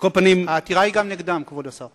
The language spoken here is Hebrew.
העתירה היא גם נגדם, כבוד השר.